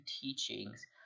teachings